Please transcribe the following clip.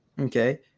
Okay